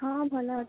ହଁ ଭଲଅଛି